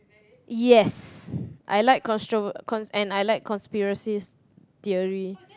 yes I like constro~ and I like conspiracies theory